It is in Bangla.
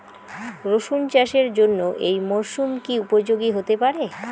রসুন চাষের জন্য এই মরসুম কি উপযোগী হতে পারে?